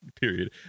period